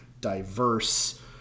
diverse